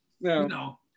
No